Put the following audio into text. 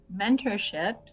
mentorships